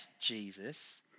Jesus